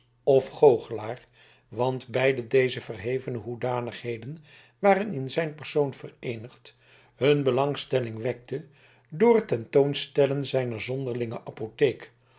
of goochelaar want beide deze verhevene hoedanigheden waren in zijn persoon vereenigd hun belangstelling wekte door het ten toon stellen zijner zonderlinge apotheek